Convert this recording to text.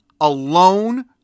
alone